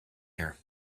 here